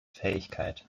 fähigkeit